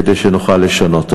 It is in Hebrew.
כדי שנוכל לשנות.